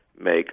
make